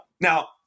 Now